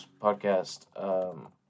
podcast